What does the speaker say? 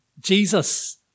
Jesus